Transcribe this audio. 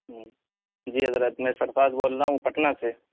ہاں جی حضرت میں سرفراز بول رہا ہوں پٹنہ سے